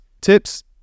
Tips